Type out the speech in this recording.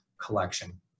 collection